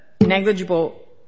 negligible